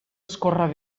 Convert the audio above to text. escórrer